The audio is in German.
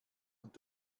und